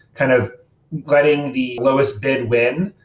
kind of letting the lowest bid win,